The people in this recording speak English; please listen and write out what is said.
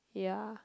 ya